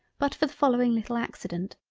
but for the following little accident.